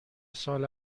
سال